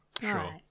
Sure